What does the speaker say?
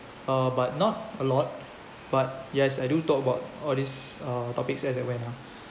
uh but not a lot but yes I do talk about all this uh topics as and when lah